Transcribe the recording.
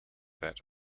that